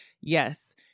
yes